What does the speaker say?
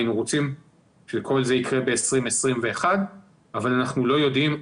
היינו רוצים שכל זה יקרה ב-2021 אבל אנחנו לא יודעים,